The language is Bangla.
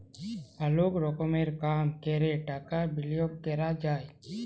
অলেক রকম কাম ক্যরে টাকা বিলিয়গ ক্যরা যায়